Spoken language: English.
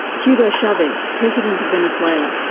hugo chavez, president of venezuela,